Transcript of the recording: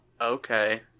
Okay